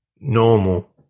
normal